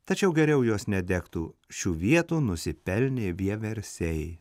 tačiau geriau jos nedegtų šių vietų nusipelnė vieversiai